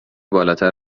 بالاتر